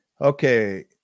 Okay